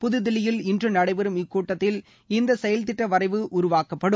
புதுதில்லியில் இன்று நடைபெறும் கூட்டத்தில் இந்த செயல்திட்ட வரைவு உருவாக்கப்படும்